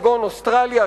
כגון אוסטרליה,